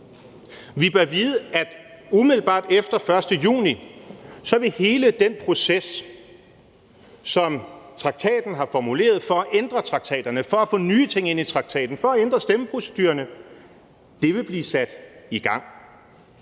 Vi bør vide, at umiddelbart efter 1. juni vil hele den proces, som traktaten har formuleret for at ændre traktaterne – og for at få nye ting ind i traktaten, for at ændre stemmeprocedurerne – blive sat i gang.